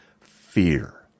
fear